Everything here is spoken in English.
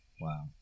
Wow